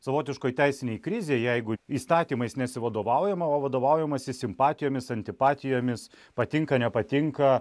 savotiškoj teisinėj krizėj jeigu įstatymais nesivadovaujama o vadovaujamasi simpatijomis antipatijomis patinka nepatinka